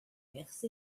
perzh